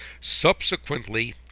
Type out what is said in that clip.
subsequently